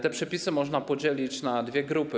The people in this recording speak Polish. Te przepisy można podzielić na dwie grupy.